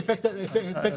נכון.